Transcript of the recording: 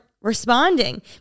responding